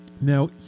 Now